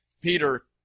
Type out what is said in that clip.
Peter